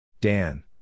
Dan